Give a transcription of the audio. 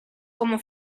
como